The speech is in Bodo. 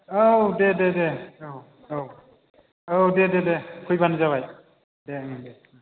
औ दे दे औ औ औ दे दे फैबानो जाबाय दे ओं दे